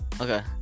Okay